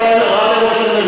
אתה אין לך קשר למופז,